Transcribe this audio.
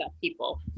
people